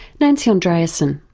nancy andreasen.